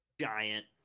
giant